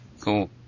Cool